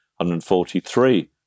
143